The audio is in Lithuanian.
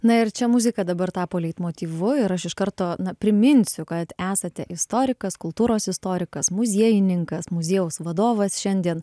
na ir čia muzika dabar tapo leitmotyvu ir aš iš karto na priminsiu kad esate istorikas kultūros istorikas muziejininkas muziejaus vadovas šiandien